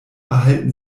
erhalten